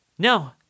No